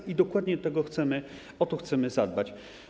I dokładnie tego chcemy, o to chcemy zadbać.